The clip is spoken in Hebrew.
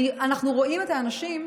אנחנו רואים את האנשים,